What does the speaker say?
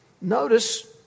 Notice